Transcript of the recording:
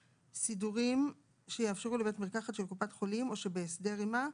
(2)סידורים שיאפשרו לבית מרקחת של קופת חולים או שבהסדר עימה,